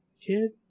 kid